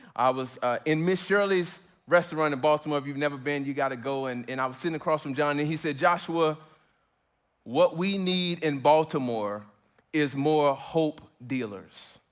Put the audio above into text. i was in miss shirley's restaurant in baltimore, if you've never been, you gotta go. and i was sitting across from johnny, he said, joshua what we need in baltimore is more hope dealers.